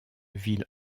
ville